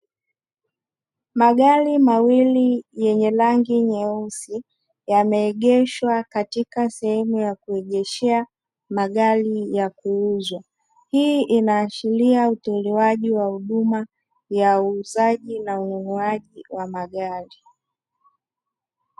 Magari mawili yenye rangi nyeusi yameegeshwa katika sehemu ya kuegeshea magari ya kuuzwa, hii inashiria utoalewaji wa huduma ya uuzaji na ununuaji wa magari.